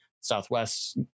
Southwest